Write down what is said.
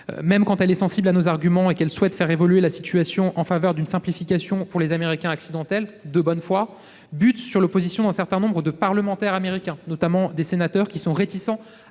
même quand ils sont sensibles à nos arguments et souhaitent faire évoluer la situation en faveur d'une simplification pour les Américains accidentels, de bonne foi, butent sur l'opposition d'un certain nombre de parlementaires américains, notamment des sénateurs qui sont réticents